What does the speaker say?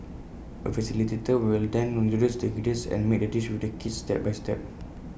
A facilitator will then introduce the ingredients and make the dish with the kids step by step